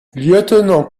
lieutenant